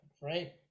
right